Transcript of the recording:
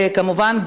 כמובן,